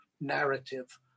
narrative